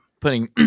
putting